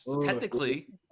technically